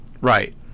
Right